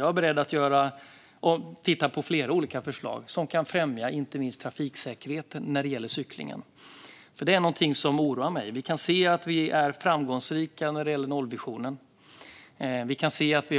Jag är beredd att titta på flera olika förslag som kan främja inte minst trafiksäkerheten när det gäller cyklingen. Detta är någonting som oroar mig. Vi kan se att vi är framgångsrika när det gäller nollvisionen. Vi kan se att vi